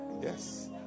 yes